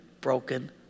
broken